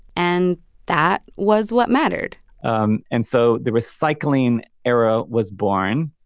and that was what mattered um and so the recycling era was born.